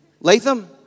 Latham